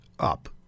up